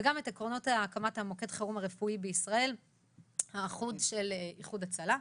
וגם את עקרונות הקמת מוקד החירום הרפואי בישראל האחוד של איחוד הצלה.